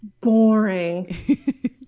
boring